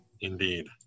Indeed